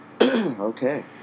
Okay